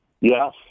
Yes